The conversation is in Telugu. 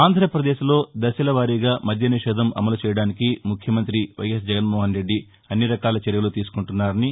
ఆంధ్రాపదేశ్లో దశలవారీగా మద్యనిషేధం అమలు చేయడానికి ముఖ్యవుంతి వైఎస్ జగన్మోహన్రెద్ది అన్నిరకాల చర్యలు తీసుకుంటున్నారని